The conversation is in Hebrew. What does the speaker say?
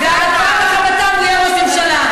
זה לא נכון.